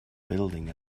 building